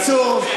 מיקי, בקיצור,